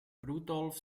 rudolf